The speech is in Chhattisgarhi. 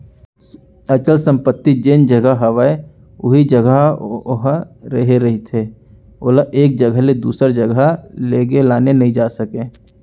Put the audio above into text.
अचल संपत्ति जेन जघा हवय उही जघा ओहा रेहे रहिथे ओला एक जघा ले दूसर जघा लेगे लाने नइ जा सकय